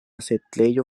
setlejo